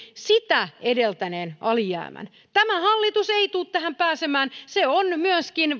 sitä edeltäneen alijäämän tämä hallitus ei tule tähän pääsemään se on myöskin